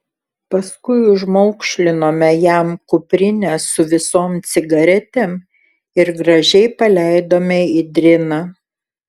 paskui užmaukšlinome jam kuprinę su visom cigaretėm ir gražiai paleidome į driną